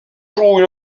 joue